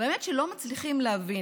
והאמת היא שלא מצליחים להבין,